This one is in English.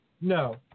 No